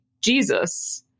Jesus